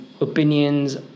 opinions